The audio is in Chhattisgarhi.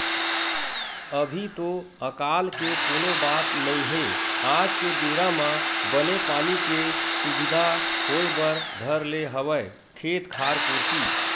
अभी तो अकाल के कोनो बात नई हे आज के बेरा म बने पानी के सुबिधा होय बर धर ले हवय खेत खार कोती